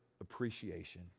appreciation